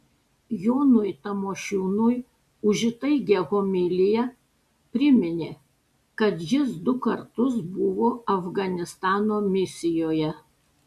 jonui tamošiūnui už įtaigią homiliją priminė kad jis du kartus buvo afganistano misijoje